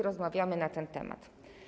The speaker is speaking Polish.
Rozmawiamy na ten temat.